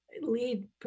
lead